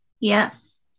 Yes